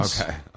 Okay